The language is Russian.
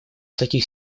таких